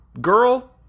girl